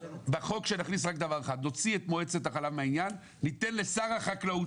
נוציא את מועצת החלב מן העניין וניתן לשר החקלאות,